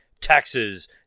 taxes